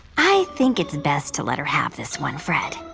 i think it's best to let her have this one fred.